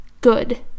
Good